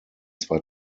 zwei